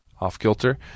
off-kilter